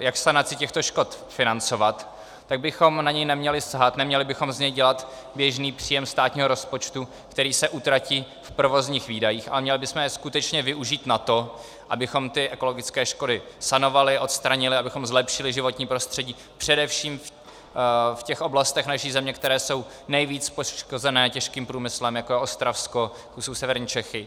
jak sanaci těchto škod financovat, tak bychom na něj neměli sahat, neměli bychom z něj dělat běžný příjem státního rozpočtu, který se utratí v provozních výdajích, ale měli bychom je skutečně využít na to, abychom ty ekologické škody sanovali, odstranili, abychom zlepšili životní prostředí především v těch oblastech naší země, které jsou nejvíce poškozené těžkým průmyslem, jako je Ostravsko, jako jsou severní Čechy.